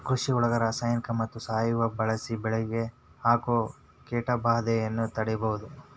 ಕೃಷಿಯೊಳಗ ರಾಸಾಯನಿಕ ಮತ್ತ ಸಾವಯವ ಬಳಿಸಿ ಬೆಳಿಗೆ ಆಗೋ ಕೇಟಭಾದೆಯನ್ನ ತಡೇಬೋದು